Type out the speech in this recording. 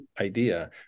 idea